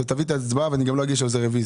תביא את ההצבעה, ואני גם לא אגיש על זה רוויזיה.